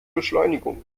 beschleunigung